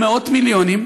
היושב-ראש,